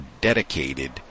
dedicated